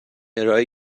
ارائهای